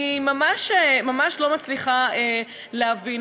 אני ממש לא מצליחה להבין.